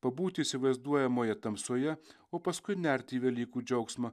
pabūti įsivaizduojamoje tamsoje o paskui nerti į velykų džiaugsmą